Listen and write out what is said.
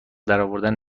درآوردن